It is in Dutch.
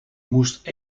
moest